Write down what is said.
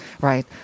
Right